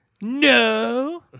No